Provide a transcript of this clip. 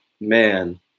man